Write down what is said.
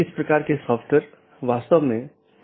बस एक स्लाइड में ऑटॉनमस सिस्टम को देख लेते हैं